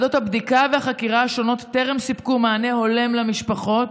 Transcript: ועדות הבדיקה והחקירה השונות טרם סיפקו מענה הולם למשפחות,